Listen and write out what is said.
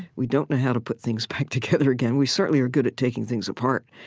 we don't know how to put things back together again. we certainly are good at taking things apart,